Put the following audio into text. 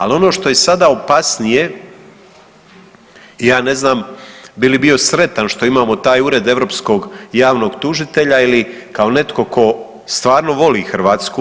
Ali ono što je sada opasnije ja ne znam bi li bio sretan što imamo taj Ured europskog javnog tužitelja ili kao netko tko stvarno voli Hrvatsku.